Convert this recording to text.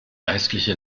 geistliche